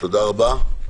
תודה רבה.